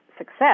success